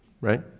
Right